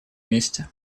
месте